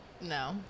No